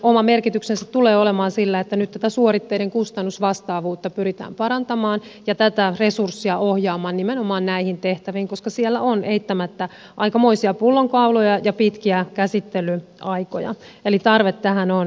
oma merkityksensä tulee olemaan sillä että nyt tätä suoritteiden kustannusvastaavuutta pyritään parantamaan ja tätä resurs sia ohjaamaan nimenomaan näihin tehtäviin koska siellä on eittämättä aikamoisia pullonkauloja ja pitkiä käsittelyaikoja eli tarve tähän on ilmeinen